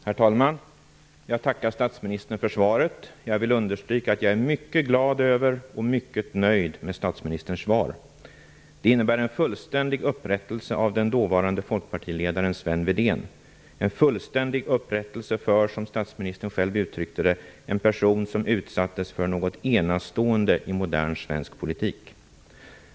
Herr talman! Jag tackar statsministern för svaret. Jag vill understryka att jag är mycket glad över och mycket nöjd med statsministerns svar. Det innebär en fullständig upprättelse av den dåvarande folkpartiledaren Sven Wedén. En fullständig upprättelse för, som statsministern själv uttryckte det, en person som utsattes för något ''enastående i modern svensk politik''.